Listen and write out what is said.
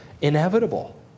inevitable